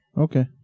Okay